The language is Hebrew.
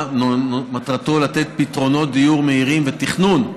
מטרתו לתת פתרונות דיור מהירים ותכנון,